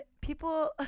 people